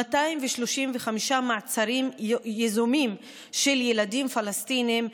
235 מעצרים יזומים של ילדים פלסטינים,